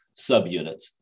subunits